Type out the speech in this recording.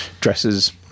dresses